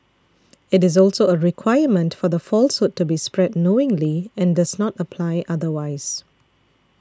it is also a requirement for the falsehood to be spread knowingly and does not apply otherwise